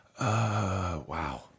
Wow